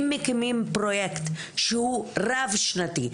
אם מקימים פרוייקט שהוא רב-שנתי,